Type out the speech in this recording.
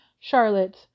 Charlotte